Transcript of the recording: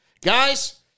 Guys